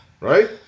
Right